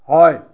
হয়